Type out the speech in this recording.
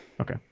Okay